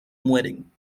mueren